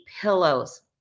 Pillows